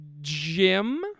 jim